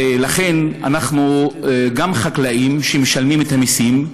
ולכן אנחנו גם חקלאים שמשלמים את המסים.